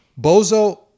Bozo